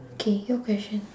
K your question